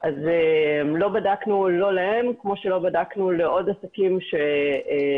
אז לא בדקנו לא להם כמו שלא בדקנו לעוד עסקים שאולי